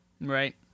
Right